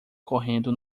correndo